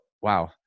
wow